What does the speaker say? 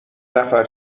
نفر